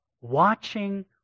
watching